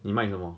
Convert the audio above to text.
你卖什么